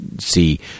see